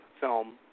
film